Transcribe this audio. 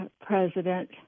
president